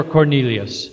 Cornelius